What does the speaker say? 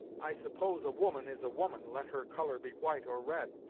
i suppose a woman is a woman, let her colour be white, or red,